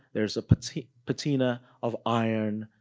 there's a patina patina of iron,